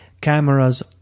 Cameras